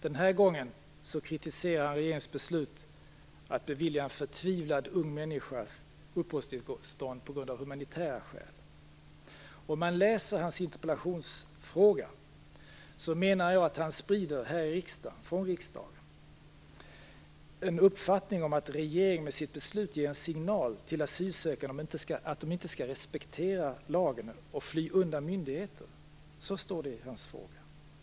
Den här gången kritiserar han regeringens beslut att bevilja en förtvivlad ung människa uppehållstillstånd på grund av humanitära skäl. Om man läser hans interpellationsfråga ser man, menar jag, att han här från riksdagen sprider en uppfattning om att regeringen med sitt beslut ger en signal till de asylsökande att de inte skall respektera lagen utan fly undan myndigheter. Så står det i hans fråga.